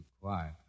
quiet